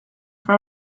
for